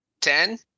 ten